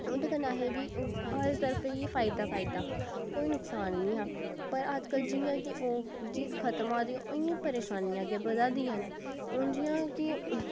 उंदे कन्नै असें बी हर तरफा ई फायदा ई फायदा हा कोई नुक्सान निं हा पर अज्ज कल जि'यां कि ओह् चीज खत्म होआ दी इ'यां परेशानियां गै बधा दियां न हून जि'यां कि